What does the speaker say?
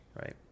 right